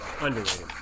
Underrated